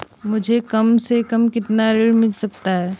मुझे कम से कम कितना ऋण मिल सकता है?